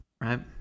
Right